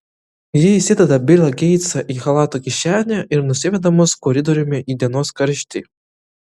ji įsideda bilą geitsą į chalato kišenę ir nusiveda mus koridoriumi į dienos karštį